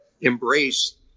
embrace